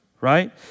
Right